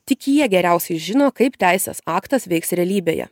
tik jie geriausiai žino kaip teisės aktas veiks realybėje